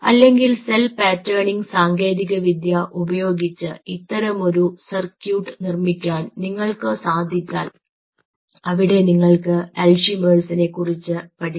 അല്ലെങ്കിൽ cell patterning സാങ്കേതികവിദ്യ ഉപയോഗിച്ച് ഇത്തരമൊരു സർക്യൂട്ട് നിർമ്മിക്കാൻ നിങ്ങൾക്ക് സാധിച്ചാൽ അവിടെ നിങ്ങൾക്ക് അൽഷിമേഴ്സിനെ Alzheimer's കുറിച്ച് പഠിക്കാം